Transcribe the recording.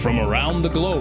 trail around the globe